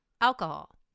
Alcohol